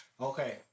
Okay